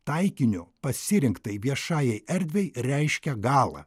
taikiniu pasirinktai viešajai erdvei reiškia galą